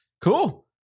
Cool